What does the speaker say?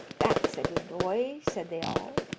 that's a good boy, said they all,